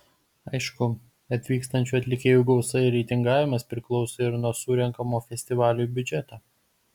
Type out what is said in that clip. aišku atvykstančių atlikėjų gausa ir reitingavimas priklauso ir nuo surenkamo festivaliui biudžeto